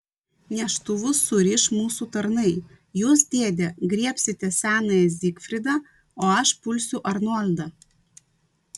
neštuvus suriš mūsų tarnai jūs dėde griebsite senąjį zigfridą o aš pulsiu arnoldą